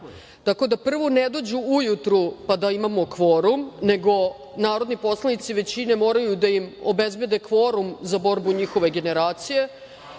sali. Prvo ne dođu ujutru, pa da imamo kvorum, nego narodni poslanici većine moraju da im obezbede kvorum za borbu njihove generacije,